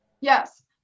Yes